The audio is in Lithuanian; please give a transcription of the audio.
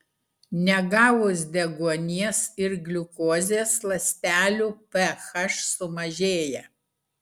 negavus deguonies ir gliukozės ląstelių ph sumažėja